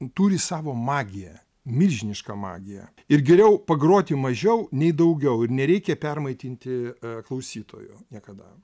turi savo magiją milžinišką magiją ir geriau pagroti mažiau nei daugiau ir nereikia permaitinti klausytojo niekada